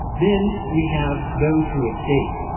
then we have those who escape.